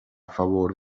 favor